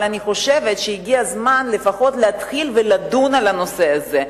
אבל אני חושבת שהגיע הזמן לפחות להתחיל ולדון על הנושא הזה.